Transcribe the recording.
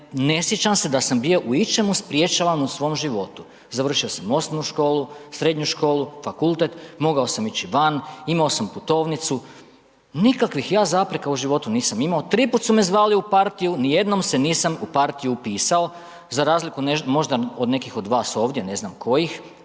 ne sjećam se da sam bio u ičemu sprječavan u svom životu, završio sam osnovnu školu, srednju školu, fakultet, mogao sam ići van, imao sam putovnicu, nikakvih ja zapreka u životu nisam imao, tri puta su me zvali u partiju, nijednom se nisam u partiju upisao za razliku možda od nekih od vas ovdje, ne znam kojih,